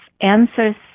answers